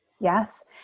yes